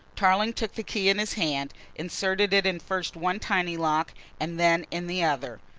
tarling took the key in his hand, inserted it in first one tiny lock and then in the other.